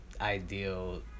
ideal